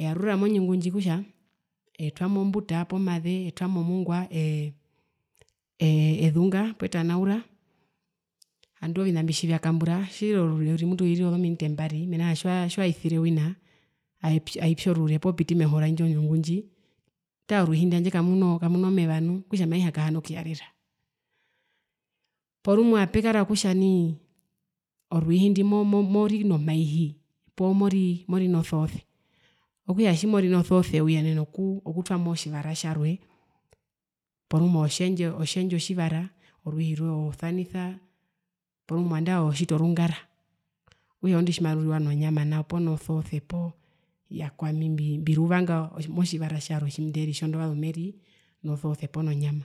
Eyarura monyungu ndji okutja etwamo mbuta poo etwamo etwamo mongwa ee ovina mbi tjivyakambura ezunga ee ee tjeri orure uriri mutu irira ozominute mbari mena rokutja tjiwaa tjiwaizire wina aipi aipyi orure poo opiti meho raindji onyungu ndji taa orwiihi ndwi hanjde kamuno meva nuu! Okutja maihakahana okuyarera porumwe apekara kutjanai orwiihi ndwi mori nomaihi poo morinosoose okutja tjimori nosoose uyenena okuu okutwano tjivara tjarwe porumwe otjendje otjivara orwihii rwe orire orungara okutja oaondu tjimaruriwa nonyama nao poo nosoose poo iyaa kwami mbi mbiruvanga motjivara tjarwe tjenderi meri nosoose poo nonyama.